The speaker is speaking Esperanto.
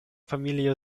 familio